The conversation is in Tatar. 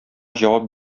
җавап